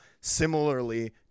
Similarly